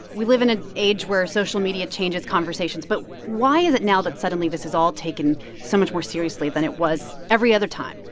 we live in an age where social media changes conversations. but why is it now that, suddenly, this is all taken so much more seriously than it was every other time?